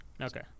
Okay